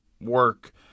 work